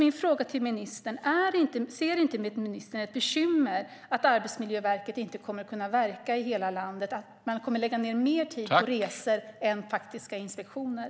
Min fråga till ministern är: Ser inte ministern ett bekymmer med att Arbetsmiljöverket inte kommer att kunna verka i hela landet och att man kommer att lägga ned mer tid på resor än på faktiska inspektioner?